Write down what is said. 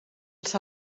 els